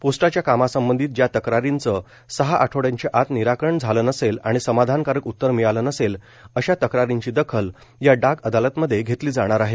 पोस्टाच्या कामासंबंधीत ज्या तक्रारीचं सहा आठवड़याच्या आत निराकरण झालं नसेल आणि समाधानकारक उत्तर मिळालं नसेल अशा तक्रारींची दखल या डाक अदालतमध्ये घेतली जाणार आहे